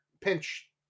pinch